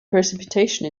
precipitation